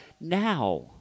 now